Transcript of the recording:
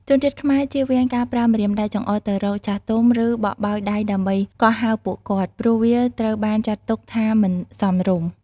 ជនជាតិខ្មែរជៀសវាងការប្រើម្រាមដៃចង្អុលទៅរកចាស់ទុំ ឬបក់បោយដៃដើម្បីកោះហៅពួកគាត់ ព្រោះវាត្រូវបានចាត់ទុកថាមិនសមរម្យ។